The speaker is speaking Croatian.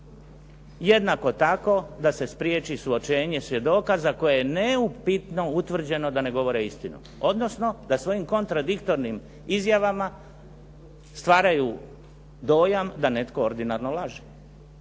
Jednako tako da se spriječi suočenje svjedoka za koje je neupitno utvrđeno da ne govore istinu, odnosno da svojim kontradiktornim izjavama stvaraju dojam da netko ordinarno laže.